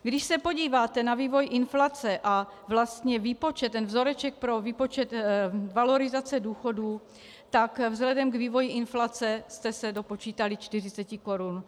Když se podíváte na vývoj inflace a vlastně výpočet, ten vzoreček pro výpočet valorizace důchodů, tak vzhledem k vývoji inflace jste se dopočítali 40 korun.